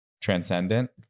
transcendent